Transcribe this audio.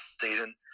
season